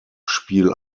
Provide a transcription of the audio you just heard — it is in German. spiel